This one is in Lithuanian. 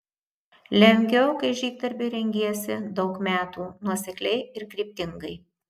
lengviau kai žygdarbiui rengiesi daug metų nuosekliai ir kryptingai